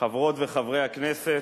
חברות וחברי הכנסת,